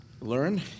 learn